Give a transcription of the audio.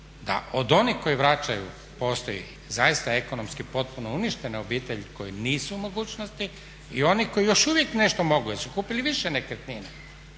da od onih koji vraćaju postoji zaista ekonomski potpuno uništene obitelji koje nisu u mogućnosti i oni koji još uvijek nešto mogu jer su kupili više nekretnina